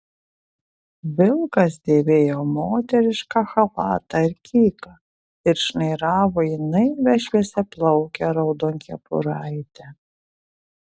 vilkas dėvėjo moterišką chalatą ir kyką ir šnairavo į naivią šviesiaplaukę raudonkepuraitę